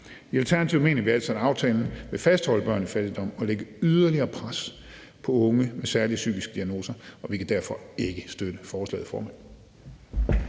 I Alternativet mener vi altså, at aftalen vil fastholde børn i fattigdom og lægge yderligere pres på unge med særlige psykiske diagnoser, og vi kan derfor ikke støtte forslaget, formand.